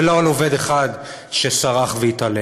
ולא על עובד אחד שסרח והתעלל,